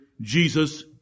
Jesus